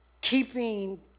keeping